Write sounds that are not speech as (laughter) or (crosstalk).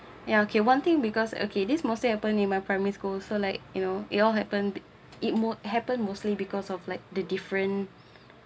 (breath) ya okay one thing because okay this mostly happen in my primary school so like you know it all happen it would happen mostly because of like the different